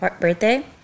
birthday